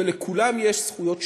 ולכולם יש זכויות שוות.